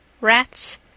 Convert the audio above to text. Rats